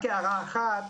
רק הערה אחת